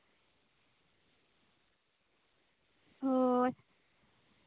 ᱦᱳᱭ